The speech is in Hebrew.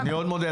זה הכול.